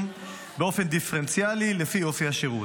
באופן דיפרנציאלי לפי אופי השירות.